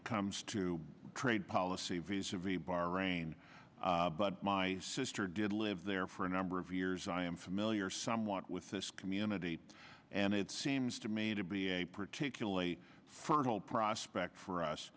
it comes to trade policy visa v bahrain but my sister did live there for a number of years i am familiar somewhat with this community and it seems to me to be a particularly fertile prospect for us